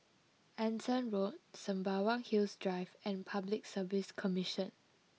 Anson Road Sembawang Hills drive and public Service Commission